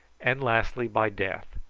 and lastly by death,